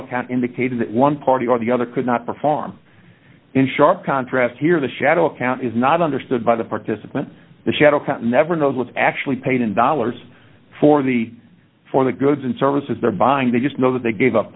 account indicated that one party or the other could not perform in sharp contrast here the shadow account is not understood by the participants the shadow never knows what's actually paid in dollars for the for the goods and services they're buying they just know that they gave up